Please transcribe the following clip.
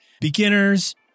beginners